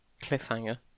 cliffhanger